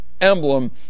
Emblem